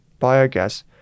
biogas